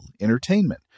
entertainment